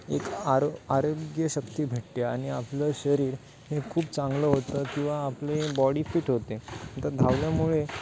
एक आरो आरोग्यशक्ती भेटते आणि आपलं शरीर हे खूप चांगलं होतं किंवा आपली बॉडी फिट होते तर धावल्यामुळे